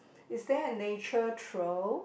is there a nature trail